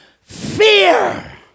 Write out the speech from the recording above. fear